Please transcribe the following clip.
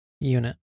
Unit